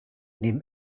neben